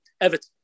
Everton